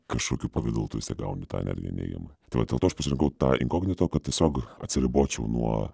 kažkokiu pavidalu tu vis tiek gauni tą energiją neigiamą tai vat dėl to aš pasirinkau tą inkognito kad tiesiog atsiribočiau nuo